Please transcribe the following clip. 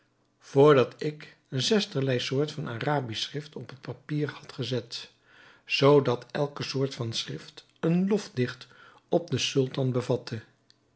dat ik zesderlei soort van arabisch schrift op het papier had gezet zoo dat elke soort van schrift een lofdicht op den sultan bevatte